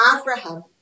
Abraham